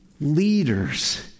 leaders